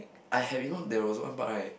I have you know there was one part right